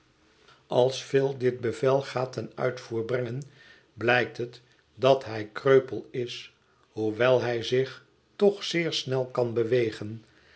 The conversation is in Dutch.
als phil dit bevel gaat ten uitvoer brengen blijkt het dat hij kreupel is hoewel hij zich toch zeer snel kan bewegen